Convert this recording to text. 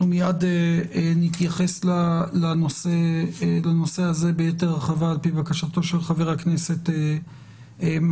אנחנו נתייחס לנושא הזה ביתר הרחבה על פי בקשתו של חבר הכנסת מקלב.